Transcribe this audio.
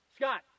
Scott